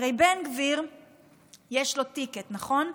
הרי בן גביר יש לו טיקט, נכון?